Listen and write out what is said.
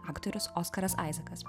aktorius oskaras aizakas